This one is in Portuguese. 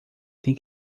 têm